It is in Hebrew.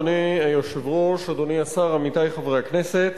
אדוני היושב-ראש, אדוני השר, עמיתי חברי הכנסת,